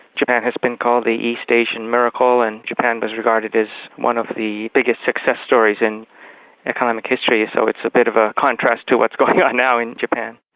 japan has been called the east asian miracle and japan was regarded as one of the biggest success stories in economic history, so it's a bit of a contrast to what's going on now in japan.